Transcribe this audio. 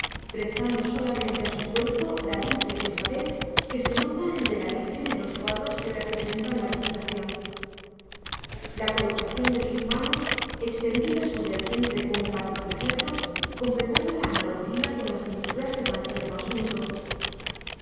prestando solamente a su cuerpo la dulce pesadez que se nota en el de la virgen en los cuadros que representan la visitación la colocación de sus manos extendidas sobre el vientre como para protegerlo completaba la analogía con las pinturas de tan tierno asunto